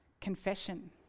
Confession